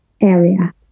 area